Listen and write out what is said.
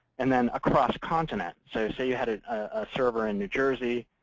and then across continent. so say you had a server in new jersey,